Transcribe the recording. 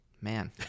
Man